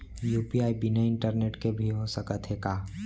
UPI बिना internet के भी हो सकत हे का?